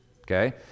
Okay